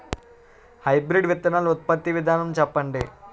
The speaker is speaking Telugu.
హైబ్రిడ్ విత్తనాలు ఉత్పత్తి విధానం చెప్పండి?